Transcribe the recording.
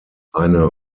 eine